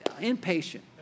impatient